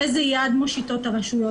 איזה יד מושיטות הרשויות,